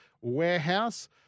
Warehouse